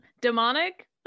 Demonic